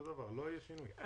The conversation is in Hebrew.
לא יהיה שינוי.